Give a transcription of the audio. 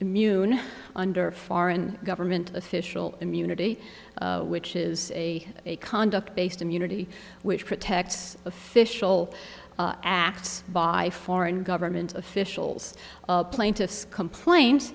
immune under foreign government official immunity which is a conduct based immunity which protects official acts by foreign government officials plaintiff's complaint